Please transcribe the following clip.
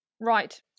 Right